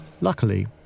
Luckily